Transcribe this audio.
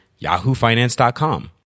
yahoofinance.com